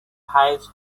highest